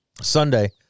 sunday